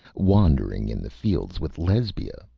wandering in the fields with lesbia!